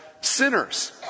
sinners